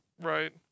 right